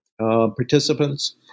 participants